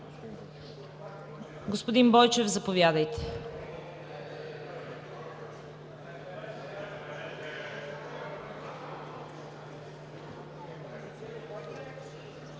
Господин Попов, заповядайте